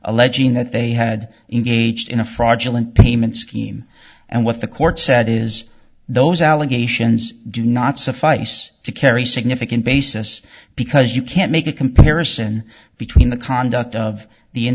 alleging that they had engaged in a fraudulent payment scheme and what the court said is those allegations do not suffice to carry significant basis because you can't make a comparison between the conduct of the in